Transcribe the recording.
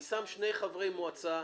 ואני שם שני חברי מועצה,